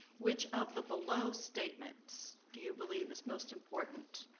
which of the below statements do you believe is most important?